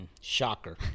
Shocker